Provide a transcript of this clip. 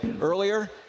earlier